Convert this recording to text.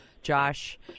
Josh